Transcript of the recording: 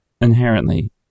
inherently